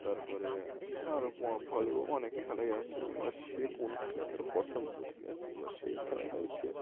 তার পরে আরও ভলিবল অনেক খেলাই আছে এবার সে কোন খেলা তার পছন্দ ঠিক আছে এবার সেই খেলাটাই সে